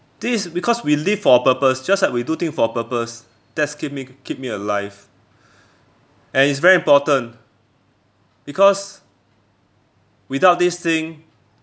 this is because we live for a purpose just like we do thing for a purpose that's keep me keep me alive and it's very important because without this thing